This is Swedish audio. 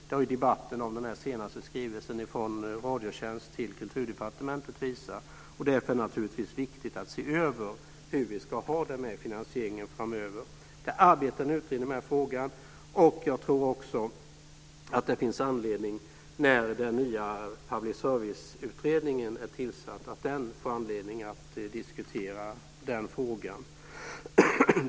Det har debatten om den senaste skrivelsen från Radiotjänst till Kulturdepartementet visat. Därför är det naturligtvis viktigt att se över hur vi ska ha det med finansieringen framöver. En utredning arbetar med den frågan, och jag tror också att det finns anledning för den nya public service-utredningen, när den tillsatts, att diskutera den frågan.